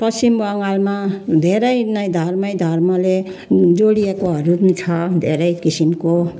पश्चिम बङ्गालमा धेरै नै धर्मैधर्मले जोडिएकोहरू नि छ धेरै किसिमको